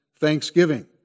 thanksgiving